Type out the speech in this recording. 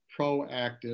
proactive